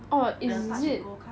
the touch and go card